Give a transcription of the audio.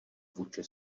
vůči